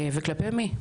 וכלפי מי.